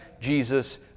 Jesus